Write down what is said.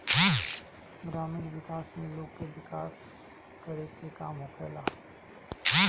ग्रामीण विकास में लोग के विकास करे के काम होखेला